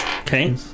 Okay